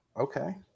okay